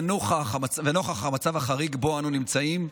ונוכח המצב החריג שבו אנו נמצאים,